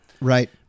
Right